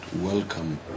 welcome